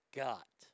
got